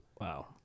Wow